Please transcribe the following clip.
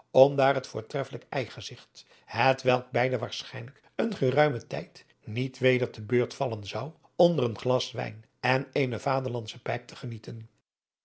om daar het voortreffelijk ijgezigt hetwelk beide waarschijnlijk een geruimen tijd niet weder te beurt adriaan loosjes pzn het leven van johannes wouter blommesteyn vallen zou onder een glas wijn en eene vaderlandsche pijp te genieten